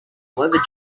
leather